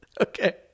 Okay